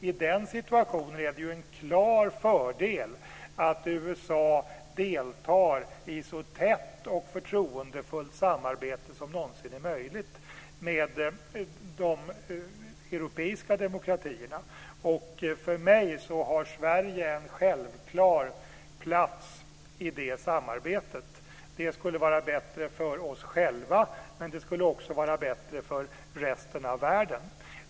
I den situationen är det en klar fördel att USA deltar i ett så tätt och förtroendefullt samarbete som någonsin är möjligt med de europeiska demokratierna. För mig har Sverige en självklar plats i det samarbetet. Det skulle vara bättre för oss själva, och det skulle vara bättre också för resten av världen.